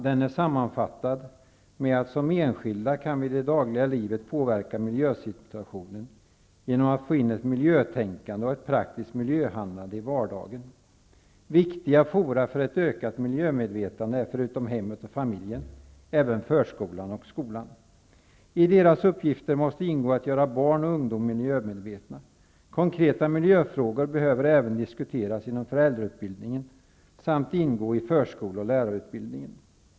Den sammanfattas i betänkandet: ''Som enskilda kan vi i det dagliga livet påverka miljösituationen genom att få in ett miljötänkande och ett praktiskt miljöhandlande i vardagen. Viktiga fora för ett ökat miljömedvetande är förutom hemmet och familjen även förskolan och skolan. I deras uppgifter måste ingå att göra barn och ungdom miljömedvetna. Konkreta miljöfrågor behöver även diskuteras inom föräldrautbildningen samt ingå i förskole och lärarutbildningen.''